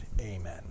Amen